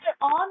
on